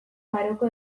maroko